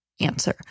answer